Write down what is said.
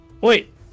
Wait